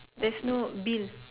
there's no bill